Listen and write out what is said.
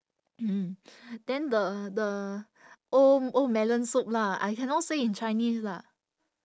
mm then the the old old melon soup lah I cannot say in chinese lah